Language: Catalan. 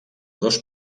dos